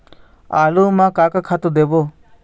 आलू म का का खातू देबो?